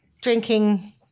drinking